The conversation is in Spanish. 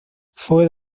fue